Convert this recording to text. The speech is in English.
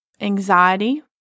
anxiety